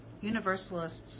Universalists